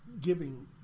giving